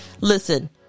Listen